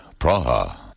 Praha